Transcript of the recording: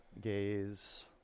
gaze